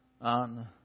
on